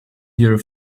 your